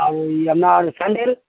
আর ওই আপনার সান্ডেল